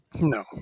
no